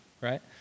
right